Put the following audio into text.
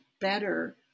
better